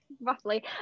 Roughly